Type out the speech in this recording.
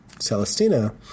Celestina